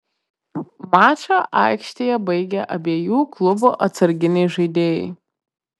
mačą aikštėje baigė abiejų klubų atsarginiai žaidėjai